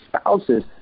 spouses